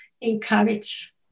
encourage